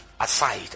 aside